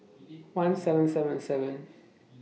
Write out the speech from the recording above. one seven seven seven